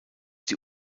die